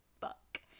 fuck